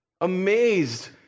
amazed